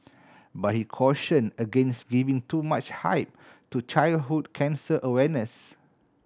but he caution against giving too much hype to childhood cancer awareness